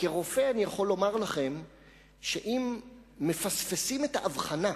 וכרופא אני יכול לומר לכם שאם מפספסים את האבחנה,